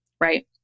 right